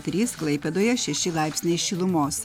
trys klaipėdoje šeši laipsniai šilumos